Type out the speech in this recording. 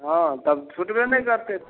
हँ तब छुटबे नहि करतै